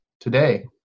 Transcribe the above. today